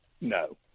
No